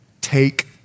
take